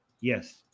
Yes